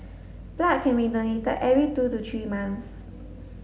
blood can be donated every two to three months